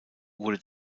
wurde